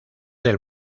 del